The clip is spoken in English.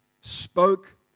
spoke